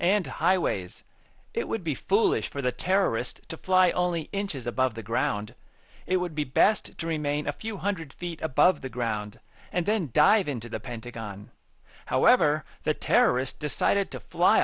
and highways it would be foolish for the terrorist to fly only inches above the ground it would be best to remain a few hundred feet above the ground and then dive into the pentagon however the terrorists decided to fly